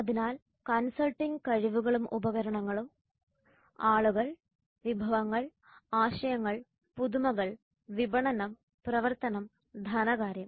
അതിനാൽ കൺസൾട്ടിംഗ് കഴിവുകളും ഉപകരണങ്ങളും ആളുകൾ വിഭവങ്ങൾ ആശയങ്ങൾ പുതുമകൾ വിപണനം പ്രവർത്തനം ധനകാര്യം